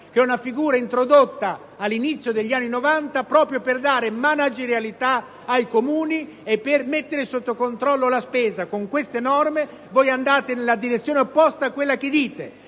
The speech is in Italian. generale, figura introdotta all'inizio degli anni '90 proprio per dare managerialità ai Comuni e per mettere sotto controllo la spesa. Con queste norme andate nella direzione opposta al federalismo